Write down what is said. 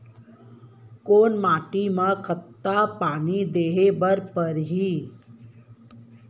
कोन माटी म कतका पानी देहे बर परहि?